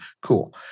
Cool